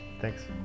Thanks